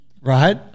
Right